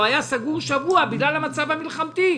היה סגור במשך שבוע בגלל המצב המלחמתי,